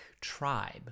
tribe